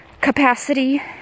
capacity